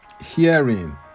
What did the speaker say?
hearing